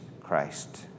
Christ